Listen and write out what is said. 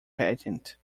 patent